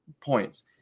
points